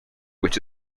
which